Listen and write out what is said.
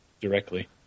Directly